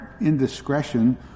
indiscretion